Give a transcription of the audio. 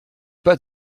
pas